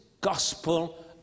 gospel